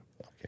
Okay